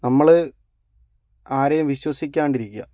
നമ്മൾ ആരെയും വിശ്വസിക്കാതി രിക്കുക